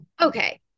Okay